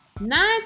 Nine